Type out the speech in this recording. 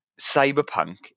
cyberpunk